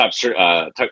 top